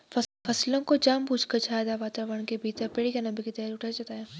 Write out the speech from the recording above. फसलों को जानबूझकर छायादार वातावरण के भीतर पेड़ कैनोपी के तहत उठाया जाता है